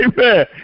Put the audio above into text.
Amen